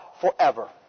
forever